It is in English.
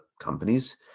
companies